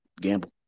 gamble